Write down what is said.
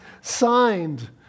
signed